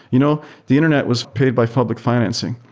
you know the internet was paid by public financing.